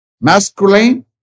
masculine